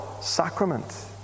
sacrament